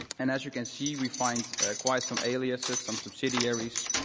and as you can see, we find quite some aliases, some subsidiaries